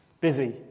busy